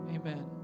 Amen